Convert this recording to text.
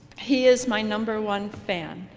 he is my number one fan.